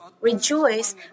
rejoice